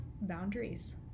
boundaries